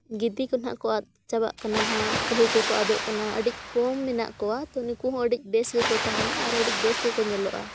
ᱜᱤᱫᱤ ᱠᱚ ᱱᱟᱦᱟᱸᱜ ᱠᱚ ᱟᱫ ᱪᱟᱵᱟᱜ ᱠᱟᱱᱟ ᱦᱟᱸᱜ ᱠᱟᱹᱦᱩ ᱠᱚᱠᱚ ᱟᱫᱚᱜ ᱠᱟᱱᱟ ᱟᱹᱰᱤ ᱠᱚᱢ ᱢᱮᱱᱟᱜ ᱠᱚᱣᱟ ᱛᱚ ᱱᱩᱠᱩ ᱦᱚᱸ ᱟᱹᱰᱤ ᱵᱮᱥ ᱜᱮᱠᱚ ᱛᱟᱦᱮᱱᱟ ᱟᱨ ᱟᱹᱰᱤ ᱵᱮᱥ ᱜᱮᱠᱚ ᱧᱮᱞᱚᱜᱼᱟ